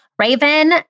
Raven